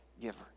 giver